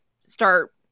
start